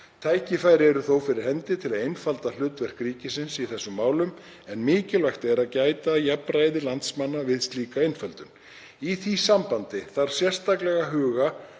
Tækifæri eru þó fyrir hendi til að einfalda hlutverk ríkisins í þessum málum en mikilvægt er að gæta að jafnræði landsmanna við slíka einföldun. Í því sambandi þarf sérstaklega að huga